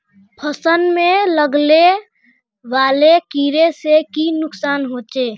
फसल में लगने वाले कीड़े से की नुकसान होचे?